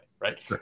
right